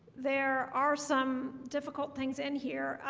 there are some difficult things in here